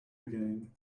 again